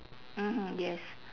mmhmm yes